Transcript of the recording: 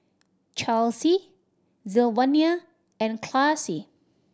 Chelsey Sylvania and Classie